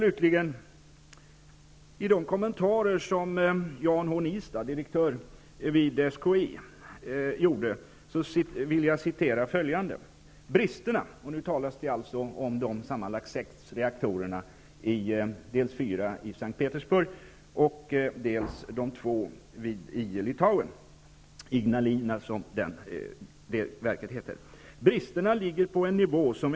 Ur de kommentarer som Jan H. Nistad, direktör vid SKI, gjorde vid presskonferensen vill jag citera följande: ''Bristerna ligger på en nivå som jag inte trodde var möjlig---.'' Nu talas det alltså om de nämnda sex reaktorerna -- fyra i S:t Petersburg och två i Ignalina, Litauen.